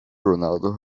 ronaldo